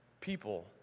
people